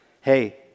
hey